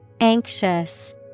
Anxious